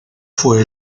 fue